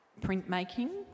printmaking